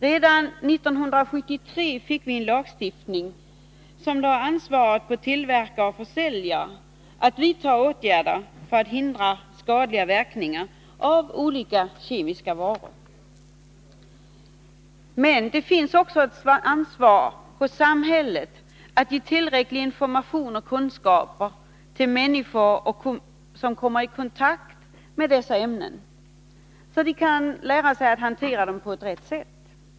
Redan 1973 fick vi en lagstiftning som lade ansvaret på tillverkare och försäljare att vidta åtgärder för att hindra skadliga verkningar av olika kemiska varor. Men det finns också ett ansvar för samhället att ge tillräcklig information och kunskap till människor som kommer i kontakt med dessa ämnen, så att de kan lära sig att hantera dem på ett riktigt sätt.